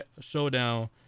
showdown